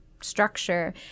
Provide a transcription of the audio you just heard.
structure